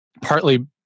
partly